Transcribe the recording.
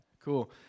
Cool